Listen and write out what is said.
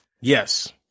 Yes